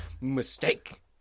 Mistake